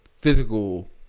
physical